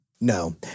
No